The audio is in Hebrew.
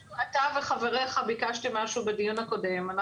שוב: אתה וחבריך ביקשתם משהו בדיון הקודם.